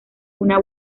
una